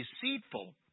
deceitful